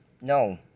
no